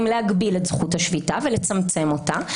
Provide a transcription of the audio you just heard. להגביל את זכות השביתה ולצמצם אותה.